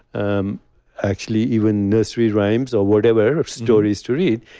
um actually even nursery rhymes or whatever, stories to read.